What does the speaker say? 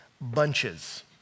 bunches